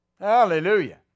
Hallelujah